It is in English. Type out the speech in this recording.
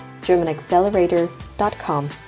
germanaccelerator.com